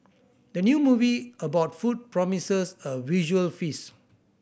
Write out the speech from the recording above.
the new movie about food promises a visual feast